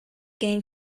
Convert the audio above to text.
gain